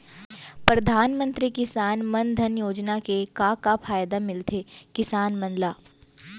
परधानमंतरी किसान मन धन योजना के का का फायदा मिलथे किसान मन ला?